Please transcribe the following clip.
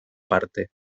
parte